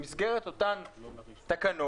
במסגרת אותן תקנות,